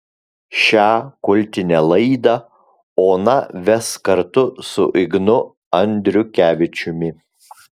šią kultinę laidą ona ves kartu su ignu andriukevičiumi